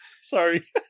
Sorry